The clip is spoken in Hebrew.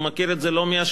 שמכיר את זה לא מהשמועות,